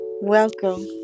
welcome